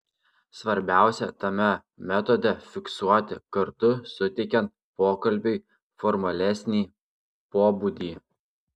svarbiausia tame metode fiksuoti kartu suteikiant pokalbiui formalesnį pobūdį